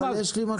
אבל יש לי מחליף.